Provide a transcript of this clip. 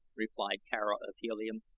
replied tara of helium,